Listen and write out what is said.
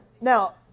Now